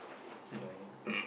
you know